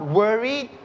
worried